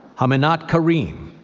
haminat kareem,